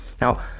Now